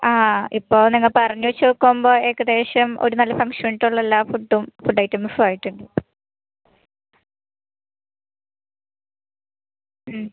ആ ഇപ്പം നിങ്ങൾ പറഞ്ഞത് വെച്ച് നോക്കുമ്പോൾ ഏകദേശം ഒരു നല്ല ഫങ്ങ്ഷന് വേണ്ടിട്ടുള്ള എല്ലാ ഫുഡ്ഡ് ഫുഡ് ഐറ്റംസ്സും ആയിട്ടുണ്ട്